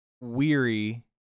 weary